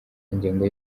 ingengo